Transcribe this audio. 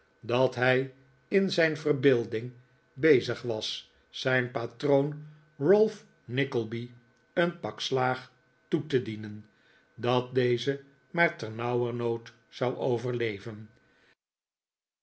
dat hij in zijn verbeelding bezig was zijn patroon ralph nickleby een pak slaag toe te dienen dat deze maar ternauwernood zou overleven